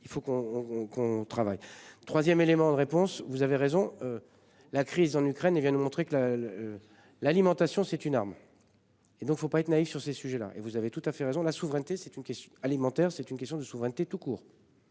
on, qu'on travaille, 3ème, élément de réponse, vous avez raison. La crise en Ukraine et vient de montrer que le le. L'alimentation c'est une arme. Et donc faut pas être naïf sur ces sujets-là et vous avez tout à fait raison, la souveraineté, c'est une question alimentaire, c'est une question de souveraineté tout court.